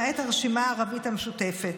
למעט הרשימה הערבית המשותפת.